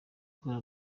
ibura